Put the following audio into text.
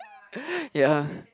ya